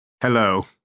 Hello